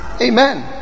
Amen